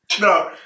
No